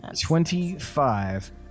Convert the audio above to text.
Twenty-five